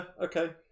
okay